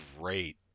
great